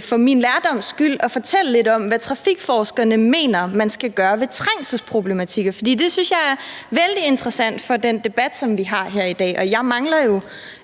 for min lærdoms skyld– at fortælle lidt om, hvad trafikforskerne mener man skal gøre ved trængselsproblematikker? For det synes jeg er vældig interessant for den debat, som vi har her i dag, og jeg mangler jo